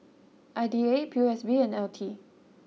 I D A P O S B and L T